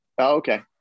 okay